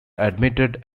admitted